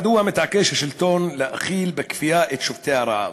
מדוע מתעקש השלטון להאכיל בכפייה את שובתי הרעב?